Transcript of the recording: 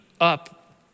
up